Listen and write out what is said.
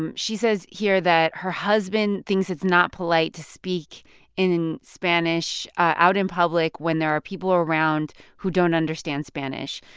and she says here that her husband thinks it's not polite to speak in in spanish out in public when there are people around who don't understand spanish.